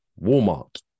Walmart